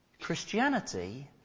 Christianity